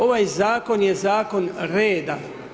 Ovaj zakon je zakon reda.